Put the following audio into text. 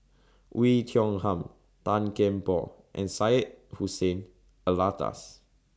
Oei Tiong Ham Tan Kian Por and Syed Hussein Alatas